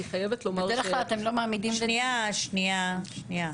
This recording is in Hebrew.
בדרך כלל אתם לא מעמידים -- שנייה, שנייה.